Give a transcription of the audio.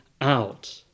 out